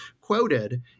quoted